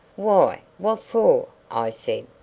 why, what for? i said.